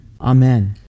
Amen